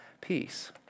peace